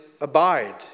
abide